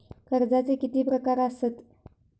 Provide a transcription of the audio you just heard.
कर्जाचे किती प्रकार असात?